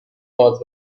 باز